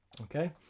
okay